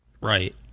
Right